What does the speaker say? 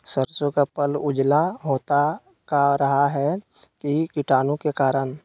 सरसो का पल उजला होता का रहा है की कीटाणु के करण?